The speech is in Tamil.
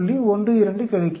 12 கிடைக்கிறது